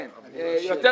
הלאה.